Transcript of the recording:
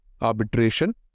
arbitration